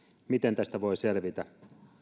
miten tästä voi selvitä